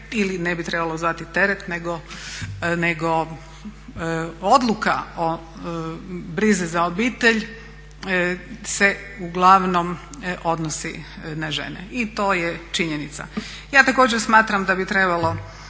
ili ne bi trebalo zvati teret nego odluka o brizi za obitelj se uglavnom odnosi na žene. I to je činjenica. Ja također smatram da bi trebalo